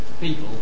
people